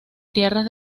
tierras